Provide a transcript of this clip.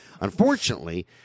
Unfortunately